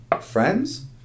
Friends